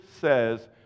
says